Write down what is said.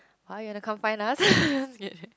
why you want to come find us